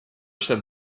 said